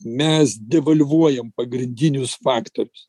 mes devalvuojam pagrindinius faktorius